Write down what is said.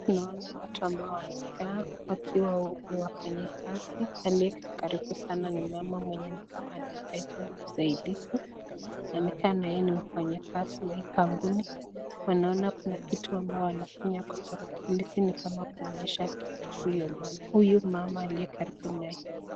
Tunaona watu ambao wamekaa wakiwa ni wafanyikazi aliyekaribu sana ni mama mwenye ni kama anahitaji usaidizi, amekaa naye ni mfanyikazi wa hii kampuni na naona kuna kitu wanafinya kwa tarakilishi ni kama kumwonyesha kitu huyu mama aliyekaribu na yeye.